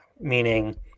meaning